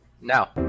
Now